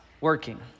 working